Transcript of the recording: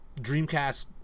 Dreamcast